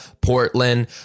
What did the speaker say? Portland